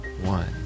one